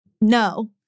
no